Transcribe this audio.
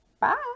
Bye